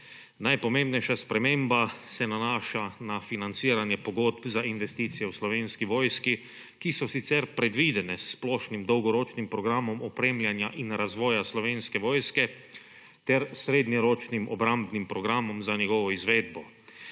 Najpomembnejša sprememba se nanaša na financiranje pogodb za investicije v Slovenski vojski, ki so sicer predvidene s Splošnim dolgoročnim programom razvoja in opremljanja Slovenske vojske ter srednjeročnim obrambnim programom za njegovo izvedbo.